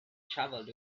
travelled